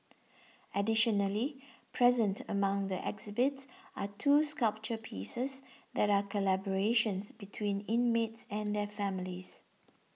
additionally present among the exhibits are two sculpture pieces that are collaborations between inmates and their families